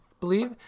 believe